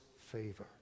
favor